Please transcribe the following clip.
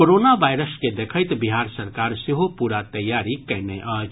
corona virus के देखैत बिहार सरकार सेहो पूरा तैयारी कयने अछि